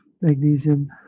magnesium